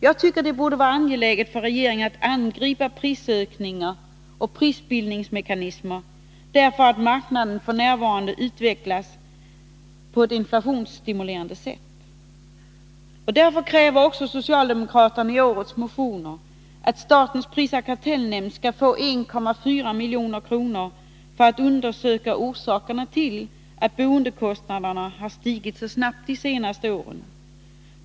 Jag tycker att det borde vara angeläget för regeringen att angripa prisökningar och prisbildningsmekanismer därför att marknaden f.n. utvecklas på ett inflationsstimulerande sätt. Därför kräver också socialdemokraterna, bl.a. i årets motioner, att statens prisoch kartellnämnd skall få 1,4 milj.kr. för att undersöka orsakerna till att boendekostnaderna har stigit så snabbt de senaste åren.